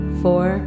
four